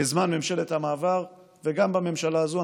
בזמן ממשלת המעבר וגם בממשלה הזאת,